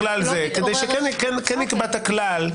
-- כדי שכן נקבע את הכלל.